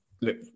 Look